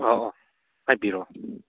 ꯑꯧ ꯍꯥꯏꯕꯤꯌꯨ